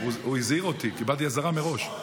קיבלתי אזהרה מראש.